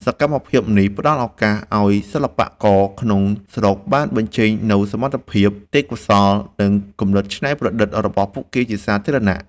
សកម្មភាពនេះផ្ដល់ឱកាសឱ្យសិល្បករក្នុងស្រុកបានបញ្ចេញនូវសមត្ថភាព ទេពកោសល្យ និងគំនិតច្នៃប្រឌិតរបស់ពួកគេជាសាធារណៈ។